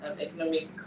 Economic